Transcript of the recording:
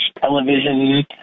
television